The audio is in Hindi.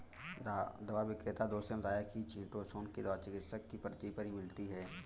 दवा विक्रेता दोस्त ने बताया की चीटोसोंन दवा चिकित्सक की पर्ची पर ही मिलती है